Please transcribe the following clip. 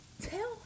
tell